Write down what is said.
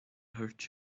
hurt